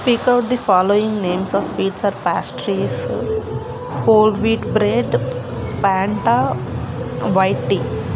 speak out the following names of sweets and pastries whole wheat bread panta white tea